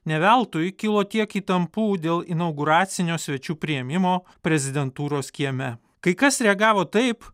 ne veltui kilo tiek įtampų dėl inauguracinio svečių priėmimo prezidentūros kieme kai kas reagavo taip